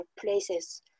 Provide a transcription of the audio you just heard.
places